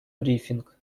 брифинг